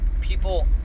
people